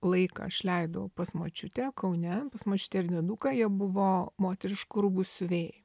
laiką aš leidau pas močiutę kaune pas močiutę ir dieduką jie buvo moteriškų rūbų siuvėjai